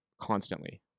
constantly